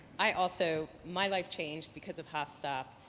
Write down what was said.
i also, my life changed because of hopstop.